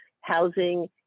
housing